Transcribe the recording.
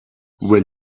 will